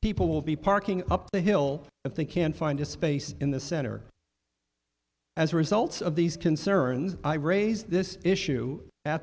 people will be parking up the hill if they can find a space in the center as a result of these concerns i raised this issue at